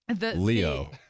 Leo